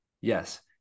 Yes